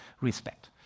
respect